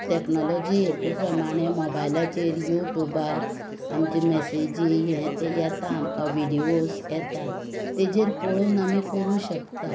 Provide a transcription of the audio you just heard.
technology हेतू प्रमाणे मोबायलाचेर युटुबार आमचे मॅसेजी हें तें येता आमकां विडवोज येतात ताजेर पळोवन आमी करूंक शकतात